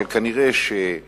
אבל כנראה לא